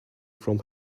from